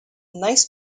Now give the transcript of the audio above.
nice